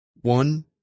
one